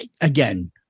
again